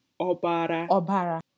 Obara